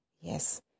Yes